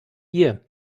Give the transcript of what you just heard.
year